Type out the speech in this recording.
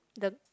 the